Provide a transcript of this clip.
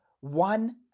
one